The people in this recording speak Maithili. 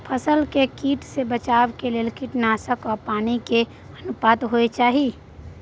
फसल के कीट से बचाव के लेल कीटनासक आ पानी के की अनुपात होय चाही?